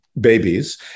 babies